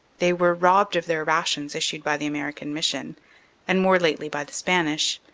they were robbed of their rations issued by the american mission and more lately by the spanish.